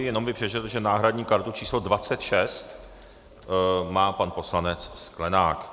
Jenom bych přečetl, že náhradní kartu číslo 26 má pan poslanec Sklenák.